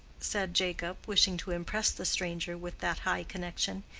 said jacob, wishing to impress the stranger with that high connection.